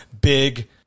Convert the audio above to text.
Big